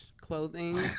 clothing